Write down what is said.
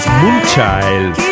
moonchild